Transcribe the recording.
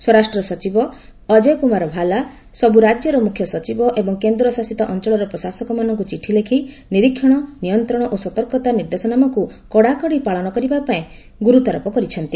ସ୍ୱରାଷ୍ଟ୍ର ସଚିବ ଅକ୍ଷୟ କୁମାର ଭାଲା ସବୁ ରାଜ୍ୟର ମୁଖ୍ୟ ସଚିବ ଏବଂ କେନ୍ଦ୍ରଶାସିତ ଅଞ୍ଚଳର ପ୍ରଶାସକମାନଙ୍କୁ ଚିଠି ଲେଖି ନିରୀକ୍ଷଣ ନିୟନ୍ତ୍ରଣ ଏବଂ ସତର୍କତା ନିର୍ଦ୍ଦେଶନାମାକୁ କଡାକଡି ପାଳନ କରିବା ଉପରେ ଗୁରୁତ୍ୱାରୋପ କରିଛନ୍ତି